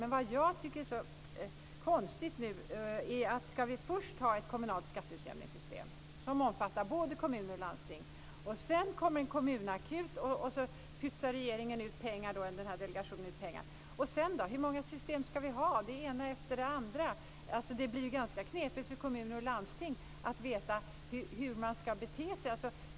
Men vad som jag tycker är så konstigt är att vi först har ett kommunalt skatteutjämningssystem som omfattar både kommuner och landsting och sedan inrättas det en kommunakut som pytsar ut pengar. Hur blir det sedan då? Hur många system ska vi ha? Det blir ganska knepigt för kommuner och landsting att veta hur de ska bete sig.